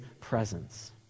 presence